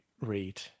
read